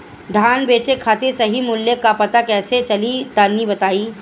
धान बेचे खातिर सही मूल्य का पता कैसे चली तनी बताई?